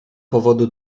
powodu